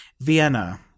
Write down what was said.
Vienna